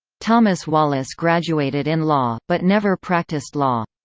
thomas wallace graduated in law, but never practised law.